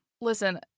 Listen